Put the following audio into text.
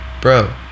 bro